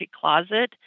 closet